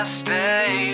stay